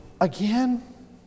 again